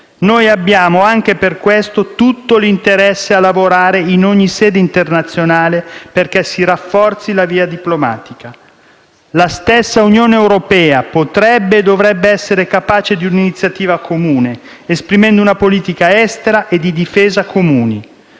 Noi abbiamo, anche per questo, tutto l'interesse a lavorare in ogni sede internazionale perché si rafforzi la via diplomatica. La stessa Unione europea potrebbe e dovrebbe essere capace di un'iniziativa comune, esprimendo una politica estera e di difesa comune.